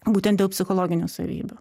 būtent dėl psichologinių savybių